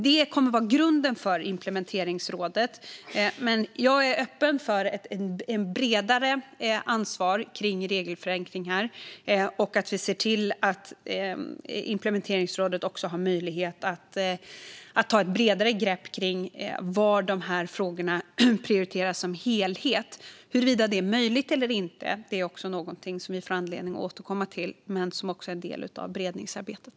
Detta kommer att vara grunden för implementeringsrådet, men jag är öppen för ett bredare ansvar kring regelförenkling här och att vi ser till att implementeringsrådet också har möjlighet att ta ett bredare grepp om var de här frågorna prioriteras som helhet. Huruvida det är möjligt eller inte är också någonting som vi får anledning att återkomma till och som också är en del av beredningsarbetet.